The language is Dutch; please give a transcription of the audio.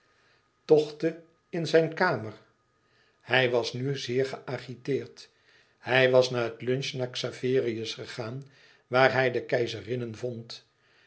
tochtte in zijne kamer hij was nu zeer geägiteerd hij was na het lunch naar xaverius gegaan waar hij de keizerinnen vond